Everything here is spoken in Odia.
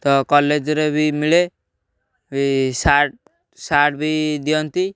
ତ କଲେଜରେ ବି ମିଳେ ବି ସାର୍ଟ ସାର୍ଟ ବି ଦିଅନ୍ତି